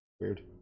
Weird